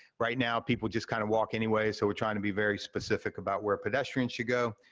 right now people just kind of walk anyway, so we're trying to be very specific about where pedestrians should go.